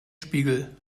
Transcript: spiegel